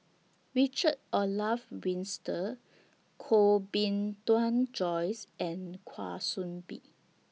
Richard Olaf Winstedt Koh Bee Tuan Joyce and Kwa Soon Bee